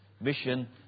Mission